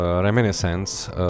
reminiscence